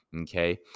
Okay